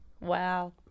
wow